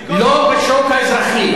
לא בשוק האזרחי.